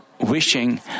wishing